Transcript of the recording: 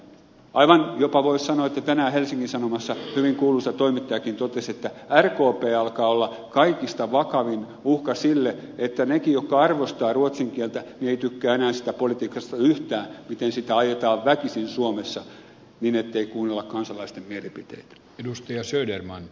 aivan jopa voisi sanoa niin kuten tänään helsingin sanomissa hyvin kuuluisa toimittajakin totesi että rkp alkaa olla kaikista vakavin uhka sille että nekin jotka arvostavat ruotsin kieltä eivät tykkää enää siitä politiikasta yhtään miten sitä ajetaan väkisin suomessa niin ettei kuunnella kansalaisten mielipiteitä